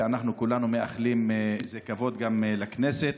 וזה כבוד גם לכנסת.